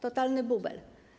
Totalny bubel.